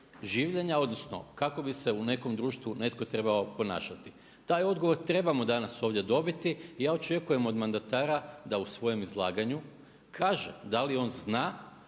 življenja, odnosno kako bi se u nekom društvu netko trebao ponašati. Taj odgovor trebamo danas ovdje dobiti i ja očekujem od mandata da u svojem izlaganju kaže da li on zna